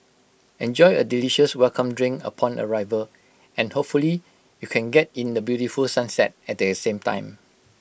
enjoy A delicious welcome drink upon arrival and hopefully you can get in the beautiful sunset at the same time